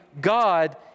God